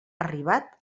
arribat